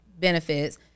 benefits